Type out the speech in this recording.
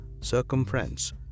circumference